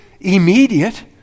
immediate